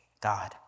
God